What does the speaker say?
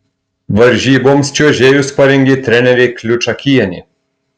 varžyboms čiuožėjus parengė trenerė kliučakienė